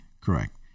correct